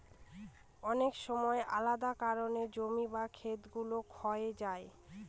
অনেক সময় আলাদা কারনে জমি বা খেত গুলো ক্ষয়ে যায়